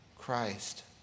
Christ